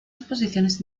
exposiciones